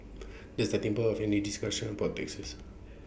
the starting point of any discussion about taxes